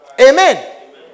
Amen